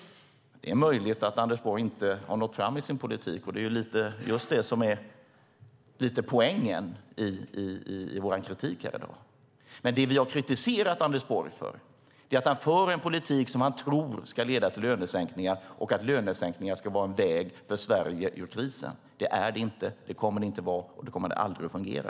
Det är möjligt att Anders Borg inte har nått fram med sin politik. Det är lite det som är poängen i vår kritik här i dag. Det vi har kritiserat Anders Borg för är att han för en politik som han tror ska leda till lönesänkningar och att lönesänkningar ska vara en väg för Sverige ur krisen. Det är de inte, de kommer inte att vara det, och det kommer aldrig att fungera.